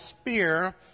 spear